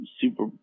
super